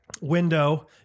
window